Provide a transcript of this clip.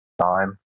Time